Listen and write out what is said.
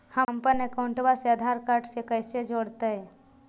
हमपन अकाउँटवा से आधार कार्ड से कइसे जोडैतै?